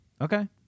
okay